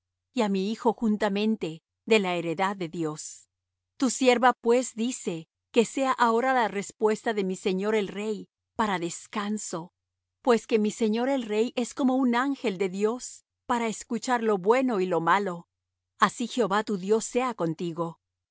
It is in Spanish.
á mi hijo juntamente de la heredad de dios tu sierva pues dice que sea ahora la respuesta de mi señor el rey para descanso pues que mi señor el rey es como un ángel de dios para escuchar lo bueno y lo malo así jehová tu dios sea contigo